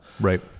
Right